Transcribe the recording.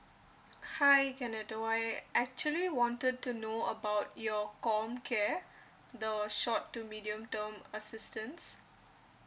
hi kenneto I actually wanted to know about your comcare the short to medium term assistance